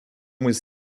was